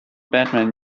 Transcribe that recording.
batman